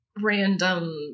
random